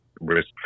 risk